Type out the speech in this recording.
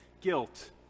guilt